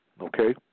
Okay